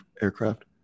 aircraft